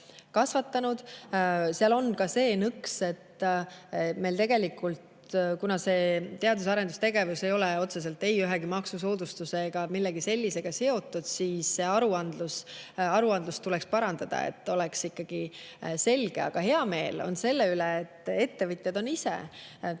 Seal on ka see nõks, et kuna meil see teadus‑ ja arendustegevus ei ole otseselt ei ühegi maksusoodustuse ega millegi sellisega seotud, siis aruandlust tuleks parandada, et oleks ikkagi selge. Aga heameel on selle üle, et ettevõtjad on ise teinud